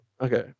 Okay